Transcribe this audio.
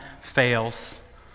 fails